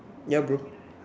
ya bro